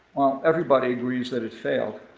everybody agrees that it failed,